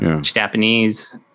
Japanese